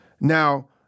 Now